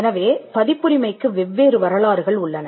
எனவே பதிப்புரிமைக்கு வெவ்வேறு வரலாறுகள் உள்ளன